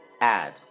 add